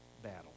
battle